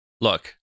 look